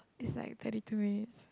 it's like thirty two minutes